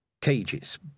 Cages